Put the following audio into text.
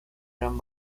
eran